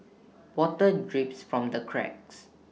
water drips from the cracks